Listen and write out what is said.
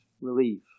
relief